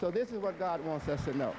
so this is what god wants us to know